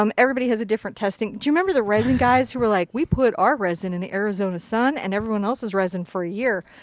um everybody has a different testing. do you remember the resin guys who were like we put our resin in the arizona sun and everyone else resin for a year.